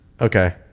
Okay